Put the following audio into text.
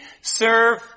serve